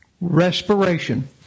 Respiration